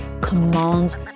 commands